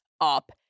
up